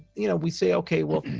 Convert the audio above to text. you know, we say, okay, well,